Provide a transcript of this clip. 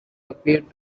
appeared